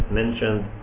mentioned